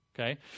Okay